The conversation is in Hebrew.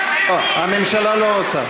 הממשלה לא רוצה.